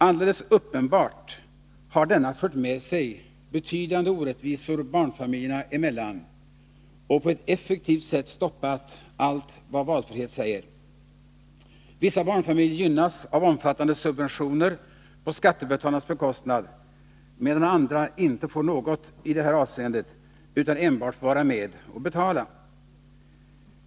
Alldeles uppenbart har denna fört med sig betydande orättvisor barnfamiljerna emellan och på ett effektivt sätt stoppat allt vad valfrihet heter. Vissa barnfamiljer gynnas av omfattande subventioner på skattebetalarnas bekostnad medan andra inte får något i det avseendet utan enbart får vara med och betala.